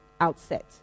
outset